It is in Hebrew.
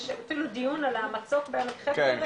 שעשינו דיון על המצוק בעמק חפר,